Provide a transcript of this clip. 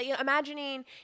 imagining